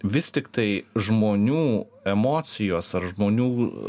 vis tiktai žmonių emocijos ar žmonių